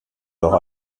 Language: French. leur